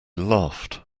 laughed